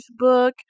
Facebook